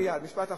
מייד, משפט אחרון.